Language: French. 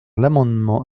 l’amendement